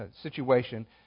situation